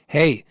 hey,